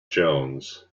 jones